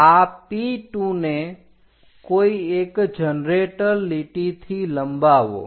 આ P2ને કોઈ એક જનરેટર લીટીથી લંબાવો